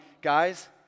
guys